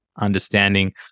understanding